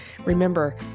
Remember